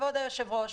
כבוד היושב-ראש,